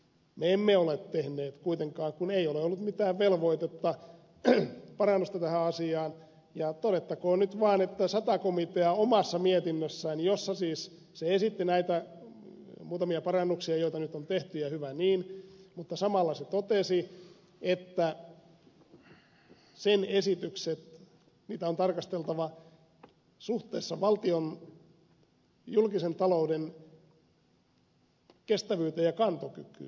me emme ole tehneet kuitenkaan kun ei ole ollut mitään velvoitetta parannusta tähän asiaan ja todettakoon nyt vaan että sata komitea omassa mietinnössään jossa siis se esitti näitä muutamia parannuksia joita nyt on tehty ja hyvä niin samalla totesi että sen esityksiä on tarkasteltava suhteessa valtion julkisen talouden kestävyyteen ja kantokykyyn